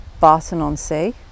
Barton-on-Sea